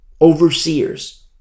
overseers